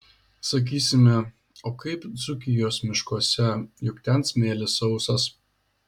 sakysime o kaip dzūkijos miškuose juk ten smėlis sausas